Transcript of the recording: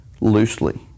loosely